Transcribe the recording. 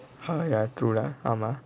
!huh! ya true lah